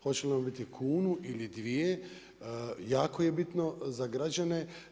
Hoće li on biti kunu ili dvije, jako je bitno za građane.